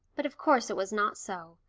but of course it was not so.